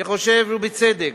אני חושב שבצדק